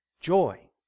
joy